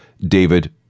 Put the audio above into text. David